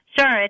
Sure